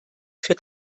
für